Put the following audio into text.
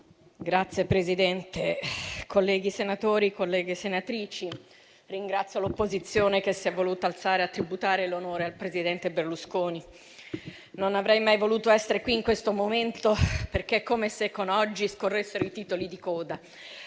Signor Presidente, colleghi senatori, colleghe senatrici, ringrazio l'opposizione che si è voluta alzare a tributare l'onore al presidente Berlusconi. Non avrei mai voluto essere qui in questo momento, perché è come se con oggi scorressero i titoli di coda;